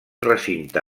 recinte